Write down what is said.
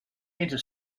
enter